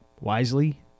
wisely